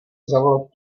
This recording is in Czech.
zavolat